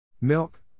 Milk